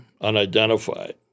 unidentified